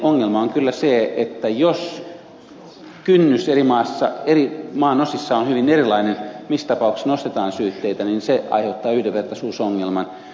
ongelma on kyllä se että jos kynnys maan eri osissa on hyvin erilainen sen suhteen missä tapauksissa nostetaan syytteitä niin se aiheuttaa yhdenvertaisuusongelman